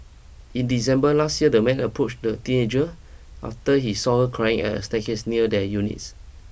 in December last year the man approached the teenager after he saw her crying at a staircase near their units